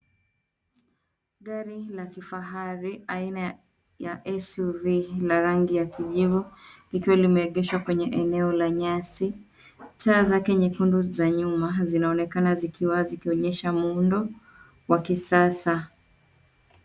Gari la kifahari aina ya SUV la rangi ya kijivu likiwa limeegeshwa kwenye eneo la nyasi. Taa zake nyekundu za nyuma zinaonekana zikiwa zikionyesha muundo wa kisasa.